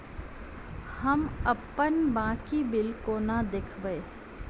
हम अप्पन बाकी बिल कोना देखबै?